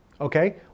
Okay